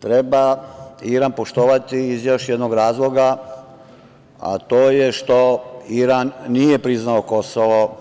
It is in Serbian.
Treba Iran poštovati iz još jednog razloga, a to je što Iran nije priznao Kosovo,